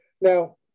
now